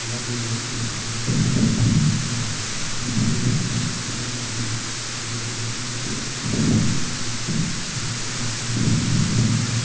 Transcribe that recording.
लाबोयो आरो बेबायदिनो गेलेनायजों जोङो जोंनि केरियारफोरखौ मोजां खालामनो हायो आरो बेबायदिनो जोङो लोगोफोरजों गेलेनानै रंजायो आरो जोंनि देहाफोरनि थाखायबो जोङो गोबां